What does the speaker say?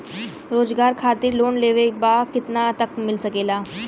रोजगार खातिर लोन लेवेके बा कितना तक मिल सकेला?